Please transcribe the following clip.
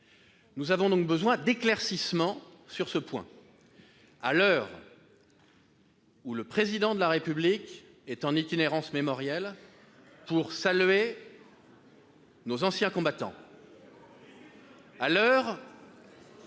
Nous avons donc besoin d'éclaircissements sur ce point. À l'heure où le Président de la République est en itinérance mémorielle pour célébrer nos anciens combattants, ...